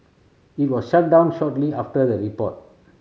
it was shut down shortly after the report